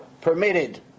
permitted